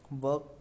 work